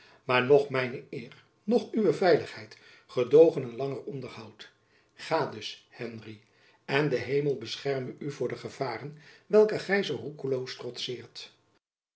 maar noch mijne eer noch uwe veiligheid gedoogen een langer onderhoud ga dus henry en de hemel bescherme u voor de gevaren welke gy zoo roekeloos trotseert